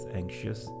anxious